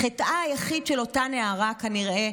חטאה היחיד של אותה נערה, כנראה,